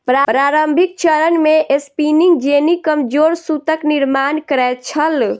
प्रारंभिक चरण मे स्पिनिंग जेनी कमजोर सूतक निर्माण करै छल